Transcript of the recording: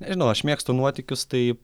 nežinau aš mėgstu nuotykius tai